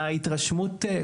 בנייה והקמת תשתיות,